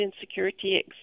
insecurity